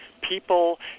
People